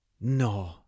No